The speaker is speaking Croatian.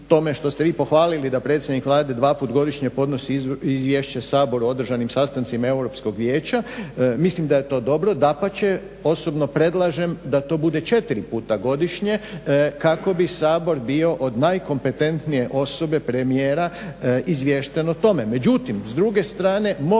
tome što ste vi pohvalili da predsjednik Vlade dvaput godišnje podnosi izvješće Saboru o održanim sastancima Europskog vijeća, mislim da je to dobro, dapače, osobno predlažem da to bude četiri puta godišnje kako bi Sabor bio od najkompetentnije osobe premijera izvješten o tome.